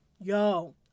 yo